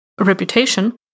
reputation